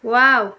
wow